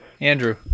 Andrew